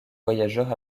voyageurs